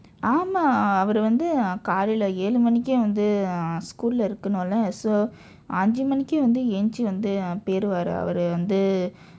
ஆமாம் அவர் வந்து:aamaam avar vanthu ah காலையில் ஏழு மணிக்கே வந்து:kalayil eezhu manikkee vandthu err school-il இருக்குனும்:irukkunum leh so ஐந்து மணிக்கு வந்து எழுந்திரிச்சு வந்து:aindthu manikku vandthu ezhundthirichshu vandthu um போய்டுவார் அவரு வந்து:pooyduvaar avaru vandthu